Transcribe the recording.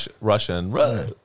Russian